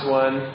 one